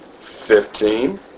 Fifteen